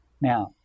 Now